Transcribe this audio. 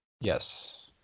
Yes